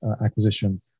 acquisition